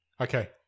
Okay